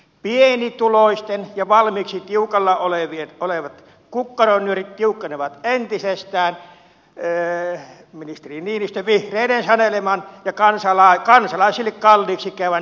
pienituloisten jo valmiiksi tiukalla olevat kukkaron nyörit tiukkenevat entisestään ministeri niinistön vihreiden saneleman ja kansalaisille kalliiksi käyvän energiapolitiikan johdosta